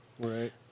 Right